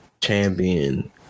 champion